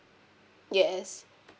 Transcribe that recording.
yes